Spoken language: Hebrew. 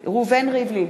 ראובן ריבלין,